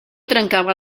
trencava